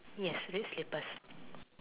yes red slippers